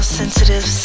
sensitive